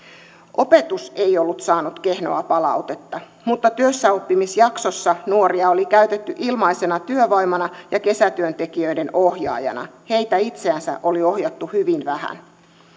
opetus ei ollut saanut kehnoa palautetta mutta työssäoppimisjaksossa nuoria oli käytetty ilmaisena työvoimana ja kesätyöntekijöiden ohjaajana heitä itseänsä oli ohjattu hyvin vähän